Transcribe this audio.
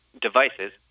devices